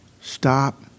Stop